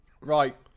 Right